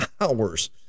hours